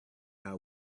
how